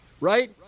right